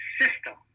system